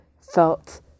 felt